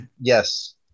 yes